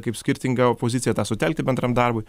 kaip skirtingą opoziciją tą sutelkti bendram darbui